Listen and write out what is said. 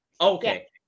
Okay